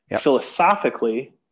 philosophically